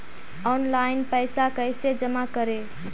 Online पैसा कैसे जमा करे?